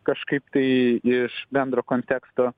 kažkaip tai iš bendro konteksto